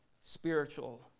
spiritual